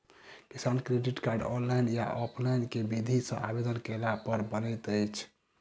किसान credit card, online या offline केँ विधि सँ आवेदन कैला पर बनैत अछि?